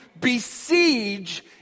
besiege